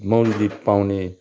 मौरीले पाउने